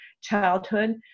childhood